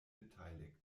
beteiligt